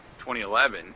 2011